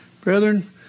Brethren